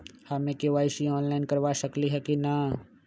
हम KYC online करवा सकली ह कि न?